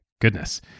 goodness